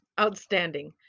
outstanding